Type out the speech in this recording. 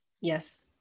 Yes